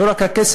זה לא רק הכסף,